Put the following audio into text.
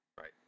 Right